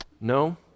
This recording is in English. No